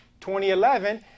2011